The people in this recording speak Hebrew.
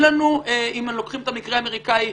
אם לוקחים את המקרה האמריקני,